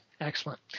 Excellent